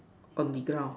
on the ground